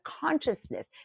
consciousness